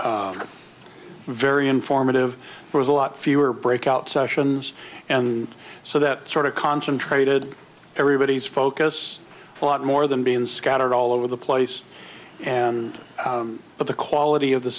very informative it was a lot fewer breakout sessions and so that sort of concentrated everybody's focus a lot more than being scattered all over the place and but the quality of the